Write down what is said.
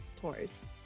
tours